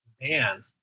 Man